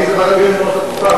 מי יושב-ראש ועדת חוקה?